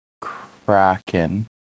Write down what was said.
Kraken